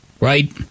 Right